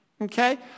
Okay